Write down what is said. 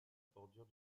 bordure